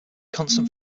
constant